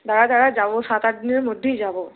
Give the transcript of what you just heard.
দাঁড়া দাঁড়া যাবো সাত আট দিনের মধ্যেই যাবো